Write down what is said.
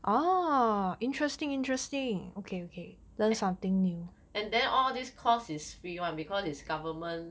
and then all this course is free [one] because it's government